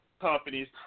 companies